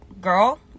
girl